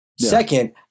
Second